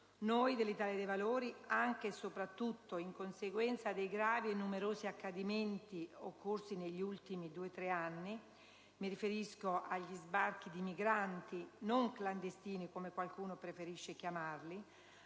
Noi dell'Italia dei Valori, anche e soprattutto in conseguenza dei gravi e numerosi accadimenti occorsi negli ultimi due-tre anni - mi riferisco agli sbarchi di migranti (non "clandestini", come qualcuno preferisce chiamarli),